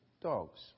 dogs